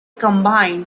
combined